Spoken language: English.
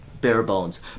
bare-bones